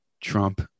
trump